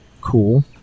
cool